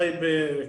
טייבה,